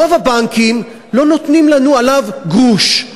רוב הבנקים לא נותנים לנו עליו גרוש,